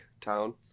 town